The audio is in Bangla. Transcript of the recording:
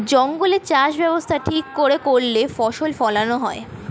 জঙ্গলে চাষ ব্যবস্থা ঠিক করে করলে ফসল ফোলানো হয়